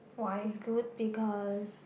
it's good because